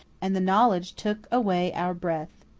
and the knowledge took away our breath.